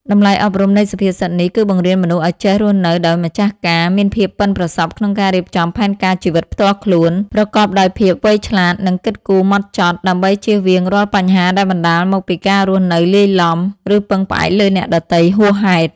តម្លៃអប់រំនៃសុភាសិតនេះ គឺបង្រៀនមនុស្សឲ្យចេះរស់នៅដោយម្ចាស់ការ មានភាពប៉ិនប្រសប់ក្នុងការរៀបចំផែនការជីវិតផ្ទាល់ខ្លួន ប្រកបដោយភាពវៃឆ្លាត និងគិតគូរហ្មត់ចត់ ដើម្បីចៀសវាងរាល់បញ្ហាដែលបណ្ដាលមកពីការរស់នៅលាយឡំ ឬពឹងផ្អែកលើអ្នកដទៃហួសហេតុ។